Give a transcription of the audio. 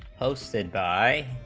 hosted by